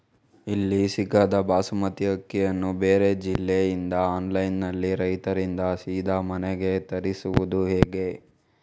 ಇಲ್ಲಿ ಸಿಗದ ಬಾಸುಮತಿ ಅಕ್ಕಿಯನ್ನು ಬೇರೆ ಜಿಲ್ಲೆ ಇಂದ ಆನ್ಲೈನ್ನಲ್ಲಿ ರೈತರಿಂದ ಸೀದಾ ಮನೆಗೆ ತರಿಸುವುದು ಹೇಗೆ?